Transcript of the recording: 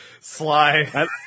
Sly